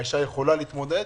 היא יכולה להתמודד,